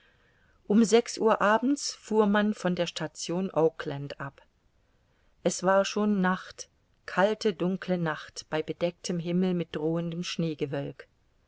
um sechs uhr abends fuhr man von der station oakland ab es war schon nacht kalte dunkle nacht bei bedecktem himmel mit drohendem